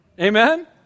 Amen